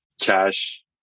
cash